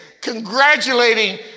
congratulating